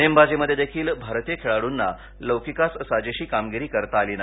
नेमबाजीमधेदेखील भारतीय खेळाडूना लौकिकास साजेशी कामगिरी करता आली नाही